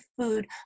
food